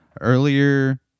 earlier